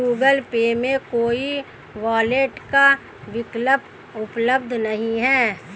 Google Pay में कोई wallet का विकल्प उपलब्ध नहीं है